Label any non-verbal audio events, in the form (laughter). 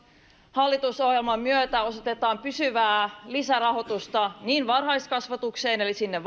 hallitusohjelman myötä osoitetaan pysyvää lisärahoitusta niin varhaiskasvatukseen eli sinne (unintelligible)